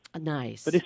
Nice